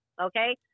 Okay